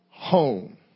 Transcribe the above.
home